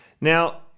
Now